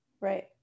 Right